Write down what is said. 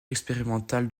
expérimental